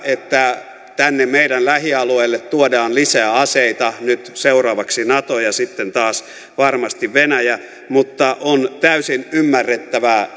että tänne meidän lähialueillemme tuodaan lisää aseita nyt seuraavaksi nato ja sitten taas varmasti venäjä mutta on täysin ymmärrettävää